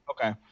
Okay